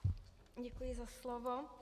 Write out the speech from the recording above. Děkuji za slovo.